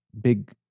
big